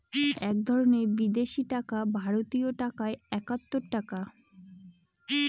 এক ধরনের বিদেশি টাকা ভারতীয় টাকায় একাত্তর টাকা